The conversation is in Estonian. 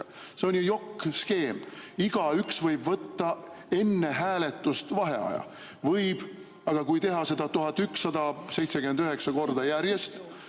See on jokk-skeem, et igaüks võib võtta enne hääletust vaheaja. Võib. Aga kui teha seda 1179 korda järjest,